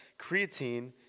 creatine